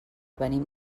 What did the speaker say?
venim